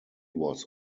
was